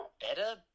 better